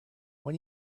when